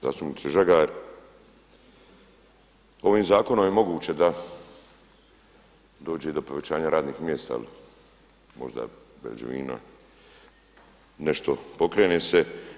Zastupniče Žagar, ovim zakonom je moguće da dođe i do povećanja radnih mjesta, možda građevina, nešto pokrene se.